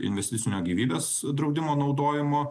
investicinio gyvybės draudimo naudojimo